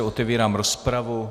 Otevírám rozpravu.